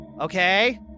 Okay